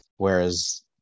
Whereas